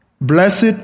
Blessed